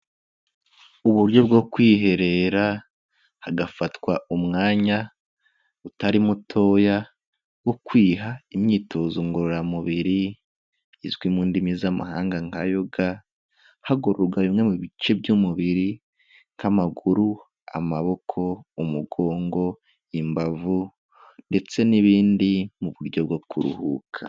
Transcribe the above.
Uburyo bwo kwiherera hagafatwa umwanya utari mutoya wo kwiha imyitozo ngororamubiri, izwi mu ndimi z'amahanga nka yoga, hagororwa bimwe mu bice by'umubiri, nk'amaguru, amaboko, umugongo, imbavu, ndetse n'ibindi mu buryo bwo kuruhuka.